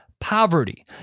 poverty